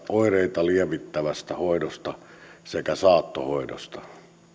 oireita lievittävästä hoidosta sekä saattohoidosta